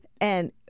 and-